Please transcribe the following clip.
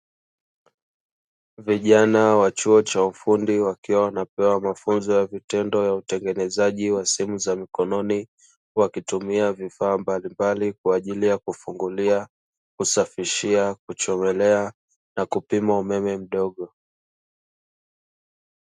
Vijana wa chuo cha Ufundi wakiwa wanapewa mafunzo ya vitendo ya utengenezaji wa simu za mkononi, wakitumia vifaa mbalimbali kwaajili ya kufungulia, kusafishia, kuchomelea na kupima umeme mdogo.